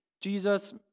Jesus